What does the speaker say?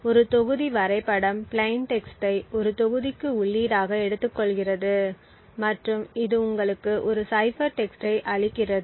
ஒரு தொகுதி வரைபடம் பிளைன் டெக்ஸ்ட்டை ஒரு தொகுதிக்கு உள்ளீடாக எடுத்துக்கொள்கிறது மற்றும் இது உங்களுக்கு ஒரு சைபர் டெக்ஸ்ட்டை அளிக்கிறது